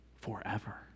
forever